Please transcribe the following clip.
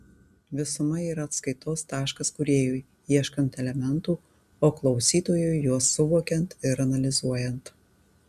visuma yra atskaitos taškas kūrėjui ieškant elementų o klausytojui juos suvokiant ir analizuojant